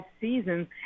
seasons